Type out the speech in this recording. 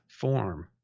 form